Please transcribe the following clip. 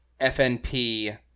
FNP